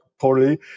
poorly